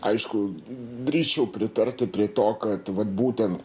aišku drįsčiau pritarti prie to kad vat būtent